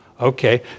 Okay